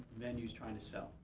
venues trying to sell.